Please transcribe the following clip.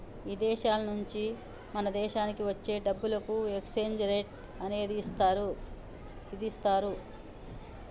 ఇదేశాల నుంచి మన దేశానికి వచ్చే డబ్బులకు ఎక్స్చేంజ్ రేట్ అనేది ఇదిస్తారు